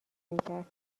میکرد